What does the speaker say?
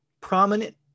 prominent